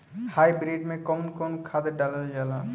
Hybrid में कउन कउन खाद डालल जाला?